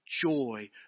joy